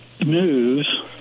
News